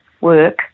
work